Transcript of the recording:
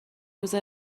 روزه